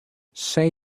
say